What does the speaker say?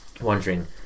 wondering